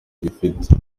gifite